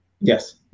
Yes